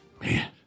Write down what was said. Man